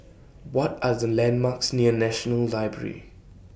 What Are The landmarks near National Library